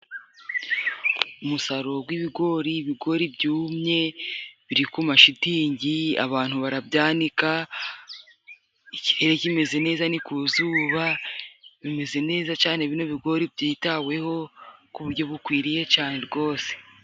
Umusaruro gw'ibigori; ibigori byumye biri ku mashitingi abantu barabyanika, ikirere kimeze neza ni ku izuba, bimeze neza cyane bino bigori byitaweho ku buryo bukwiriye cane rwose.